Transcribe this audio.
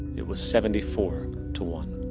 it was seventy-four to one.